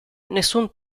nessun